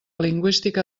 lingüística